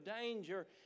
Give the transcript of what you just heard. danger